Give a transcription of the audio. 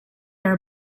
her